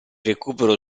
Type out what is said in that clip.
recupero